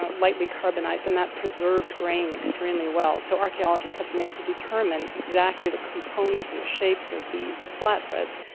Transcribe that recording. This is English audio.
ah lightly carbonized, and that preserves grain extremely well. so archaeologists have been able to determine exactly the components and shapes of these flatbreads,